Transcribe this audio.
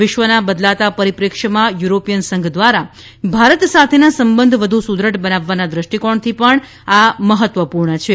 વિશ્વના બદલાતા પરિપ્રેક્ષ્યમાં યુરોપીયન સંઘ દ્વારા ભારત સાથેના સંબંધ વધુ સુદૃઢ બનાવવાના દૃષ્ટિકોણથી પણ આ મહત્વપૂર્ણ છે